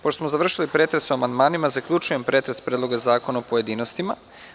Pošto smo završili pretres o amandmanima, zaključujem pretres Predloga zakona u pojedinostima.